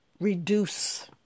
reduce